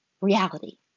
Reality